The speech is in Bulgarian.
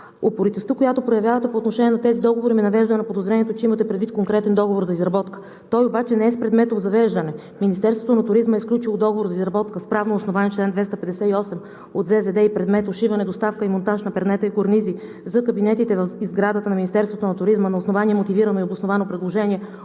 Упоритостта, която проявявате, по отношение на тези договори ме навежда на подозрението, че имате предвид конкретен договор за изработка. Той обаче не е с предмет „обзавеждане“. Министерството на туризма е сключило договор за изработка с правно основание чл. 258 от Закона за задълженията и договорите и предмет „ушиване, доставка и монтаж на пердета и корнизи“ за кабинетите и в сградата на Министерството на туризма на основание мотивирано и обосновано предложение